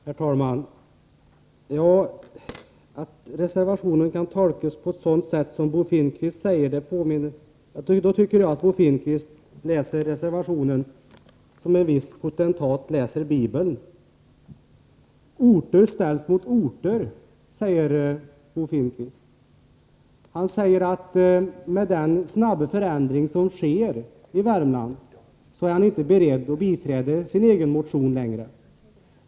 Herr talman! Att reservationen kan tolkas så som Bo Finnkvist hävdar måste nog innebära att han läser den som en viss potentat läser Bibeln. Orter ställs mot orter, säger Bo Finnkvist. Han säger att med den snabba förändring som sker i Värmland är han inte beredd att biträda sin egen motion längre.